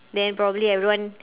then probably everyone